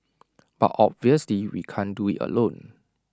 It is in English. but obviously we can't do IT alone